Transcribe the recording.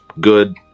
good